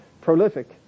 prolific